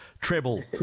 treble